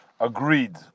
agreed